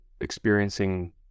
experiencing